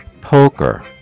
poker